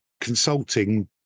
consulting